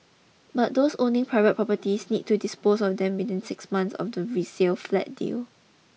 but those owning private properties need to dispose on them within six months of the resale flat deal